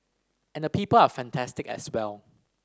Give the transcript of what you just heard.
and the people are fantastic as well